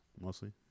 mostly